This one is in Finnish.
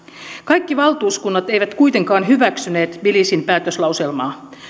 kaikki valtuuskunnat eivät kuitenkaan hyväksyneet tbilisin päätöslauselmaa